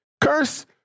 Curse